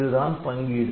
இதுதான் பங்கீடு